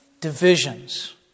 divisions